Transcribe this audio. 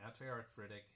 anti-arthritic